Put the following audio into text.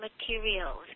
materials